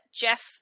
Jeff